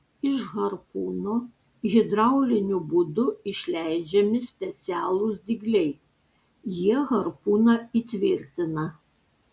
iš harpūno hidrauliniu būdu išleidžiami specialūs dygliai jie harpūną įtvirtina